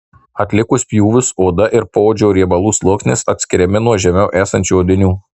atlikus pjūvius oda ir poodžio riebalų sluoksnis atskiriami nuo žemiau esančių audinių